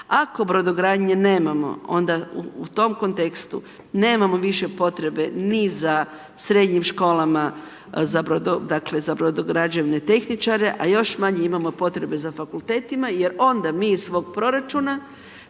Ako brodogradnje nemamo, onda u tom kontekstu nemamo više potrebe ni za srednjim školama dakle za brodograđevne tehničare a još manje imamo potrebe za fakultetima jer onda mi iz svog proračuna